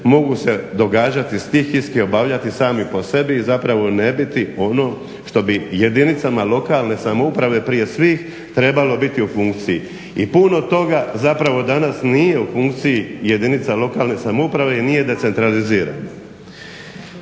mogu se događati stihijski, obavljati sami po sebi i zapravo ne biti ono što bi jedinicama lokalne samouprave prije svih trebalo biti u funkciji. I puno toga zapravo danas nije u funkciji jedinica lokalne samouprave jer nije decentraliziran.